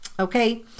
Okay